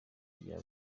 bya